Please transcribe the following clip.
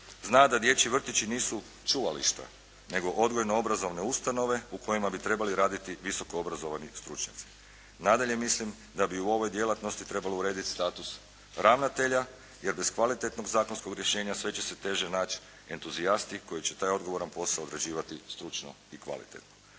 Zna da dječji vrtići nisu čuvališta nego odgojno obrazovne ustanove u kojima bi trebali raditi visoko obrazovni stručnjaci. Nadalje mislim da bi u ovoj djelatnosti trebalo urediti status ravnatelja, jer bez kvalitetnog zakonskog rješenja sve će se teže naći entuzijasti koji će taj odgovoran posao odrađivati stručno i kvalitetno.